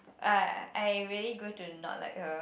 ah I really grew to not like her